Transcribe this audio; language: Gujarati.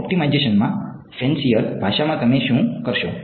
ઑપ્ટિમાઇઝેશનમાં ફેન્સિયર ભાષામાં તમે શું કરશો